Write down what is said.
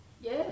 Yes